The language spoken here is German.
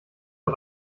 nur